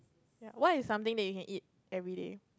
ya what is something that you can eat everyday